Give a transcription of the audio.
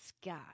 sky